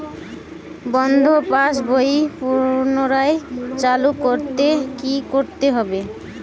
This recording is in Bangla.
বন্ধ পাশ বই পুনরায় চালু করতে কি করতে হবে?